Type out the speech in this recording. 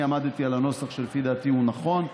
אני עמדתי על הנוסח שלפי דעתי הוא נכון.